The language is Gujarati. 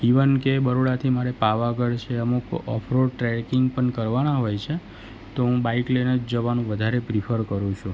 ઇવન કે બરોડાથી મારે પાવાગઢ છે અમુક ઓફ રોડ ટ્રેકિંગ પણ કરવાના હોય છે તો હું બાઈક લઈને જ જવાનું વધારે પ્રિફર કરું છું